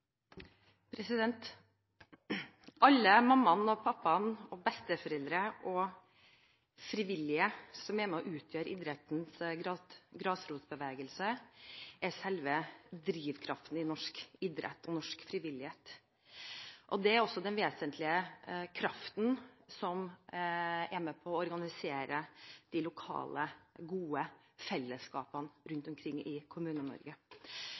til. Alle mammaer og pappaer, alle besteforeldre og alle frivillige som er med og utgjør idrettens grasrotbevegelse, er selve drivkraften i norsk idrett og norsk frivillighet. Det er også den vesentlige kraften som er med på å organisere de lokale, gode fellesskapene rundt omkring i